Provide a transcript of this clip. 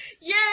Yay